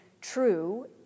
true